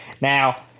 Now